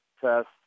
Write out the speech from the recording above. test